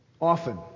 often